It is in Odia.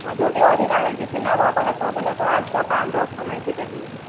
ହଁ ଯଦି ନେବ ଅଧିକାର କିଛି ନେବ ବଲେ ହେବ ବଲେ ତ ଆସ ପାଞ୍ଚ ଦଶ କମାଇକି ଦେବି